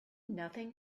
nothing